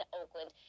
oakland